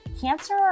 cancer